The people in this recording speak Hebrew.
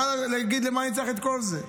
יכול היה להגיד: למה אני צריך את כל זה?